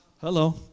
Hello